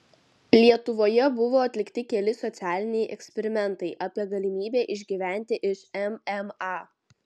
lietuvoje buvo atlikti keli socialiniai eksperimentai apie galimybę išgyventi iš mma